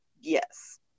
Yes